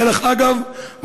דרך אגב,